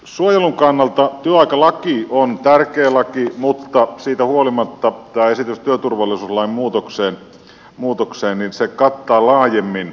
suojelun kannalta työaikalaki on tärkeä laki mutta siitä huolimatta tämä esitys työturvallisuuslain muuttamisesta kattaa sen laajemmin